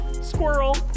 Squirrel